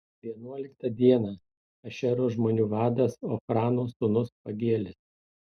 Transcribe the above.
vienuoliktą dieną ašero žmonių vadas ochrano sūnus pagielis